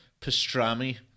pastrami